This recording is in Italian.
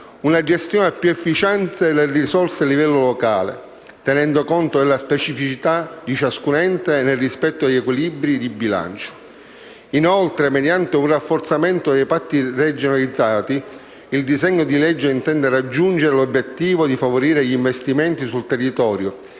una gestione più efficiente delle risorse a livello locale, tenendo conto delle specificità di ciascun ente e nel rispetto degli equilibri di bilancio. Inoltre, mediante un rafforzamento dei patti regionalizzati, il disegno di legge intende raggiungere l'obiettivo di favorire gli investimenti sul territorio,